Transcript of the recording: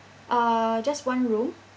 uh just one room